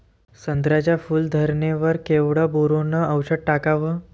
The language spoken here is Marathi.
संत्र्याच्या फूल धरणे वर केवढं बोरोंन औषध टाकावं?